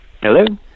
Hello